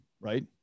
Right